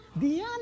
Diana